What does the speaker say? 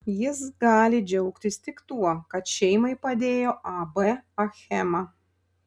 jis gali džiaugtis tik tuo kad šeimai padėjo ab achema